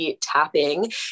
tapping